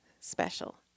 special